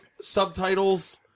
subtitles